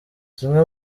zimwe